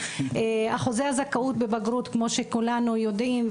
אחוזי הזכאות בבגרות כמו שכולנו יודעים,